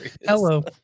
Hello